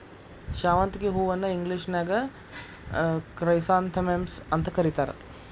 ಶಾವಂತಿಗಿ ಹೂವನ್ನ ಇಂಗ್ಲೇಷನ್ಯಾಗ ಕ್ರೈಸಾಂಥೆಮಮ್ಸ್ ಅಂತ ಕರೇತಾರ